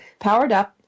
POWEREDUP